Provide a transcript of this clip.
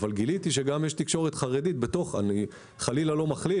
אבל גיליתי שגם יש תקשורת חרדית אני חלילה לא מכליל,